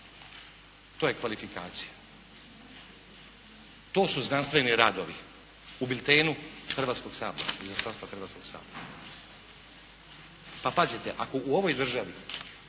To je kvalifikacija. To su znanstveni radovi. U biltenu Hrvatskoga sabora, Izaslanstva Hrvatskoga sabora. Pa, pazite, ako u ovoj državi